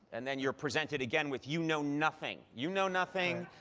and then you're presented again with you know nothing. you know nothing,